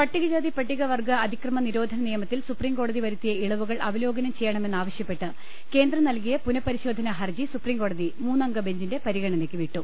പട്ടികജാതി പട്ടികവർഗ്ഗ അതിക്രമ നിരോധന നിയമത്തിൽ സുപ്രീംകോടതി വരുത്തിയ ഇളവുകൾ അവലോകനം ചെയ്യണമെന്ന് ആവശ്യപ്പെട്ട് കേന്ദ്രം നൽകിയ പുനഃപരിശോധനാ ഹർജി സുപ്രീം കോടതി മൂന്നംഗ ബെഞ്ചിന്റെ പരിഗണനയ്ക്ക് വിട്ടു